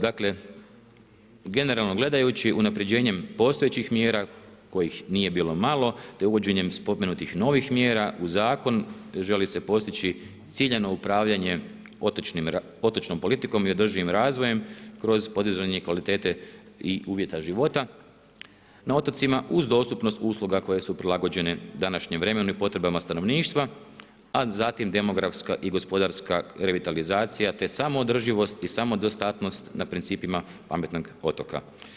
Dakle generalno gledajući unapređenjem postojećih mjera kojih nije bilo malo te uvođenjem spomenutih novih mjera u zakon želi se postići ciljano upravljanje otočnom politikom i održivim razvojem kroz podizanje kvalitete i uvjeta života na otocima uz dostupnost usluga koje su prilagođene današnjem vremenu i potrebama stanovništva a zatim demografska i gospodarska revitalizacija te samo održivost i samo dostatnost na principima pametnog otoka.